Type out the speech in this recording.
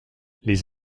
les